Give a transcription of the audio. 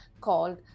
called